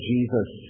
Jesus